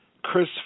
Chris